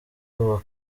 uwa